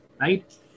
right